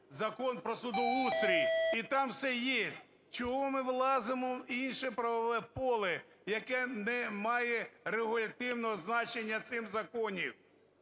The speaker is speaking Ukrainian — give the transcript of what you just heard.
Закон про судоустрій, і там все есть. Чого ми влазимо в інше правове поле, яке не має регулятивного значення в цим законі.